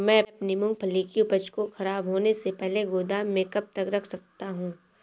मैं अपनी मूँगफली की उपज को ख़राब होने से पहले गोदाम में कब तक रख सकता हूँ?